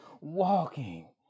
walking